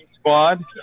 squad